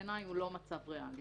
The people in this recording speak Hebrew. בעיני הוא לא מצב ריאלי.